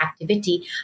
activity